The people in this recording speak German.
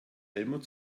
helmut